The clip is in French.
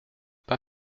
pas